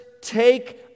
take